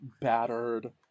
battered